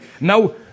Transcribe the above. now